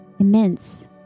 immense